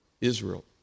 Israel